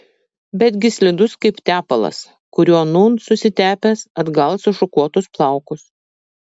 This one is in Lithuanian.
betgi slidus kaip tepalas kuriuo nūn susitepęs atgal sušukuotus plaukus